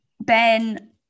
Ben